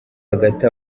hagati